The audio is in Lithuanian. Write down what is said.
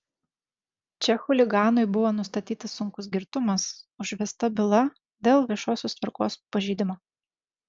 čia chuliganui buvo nustatytas sunkus girtumas užvesta byla dėl viešosios tvarkos pažeidimo